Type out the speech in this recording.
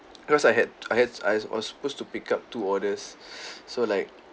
cause I had I had I was supposed to pick up two orders so like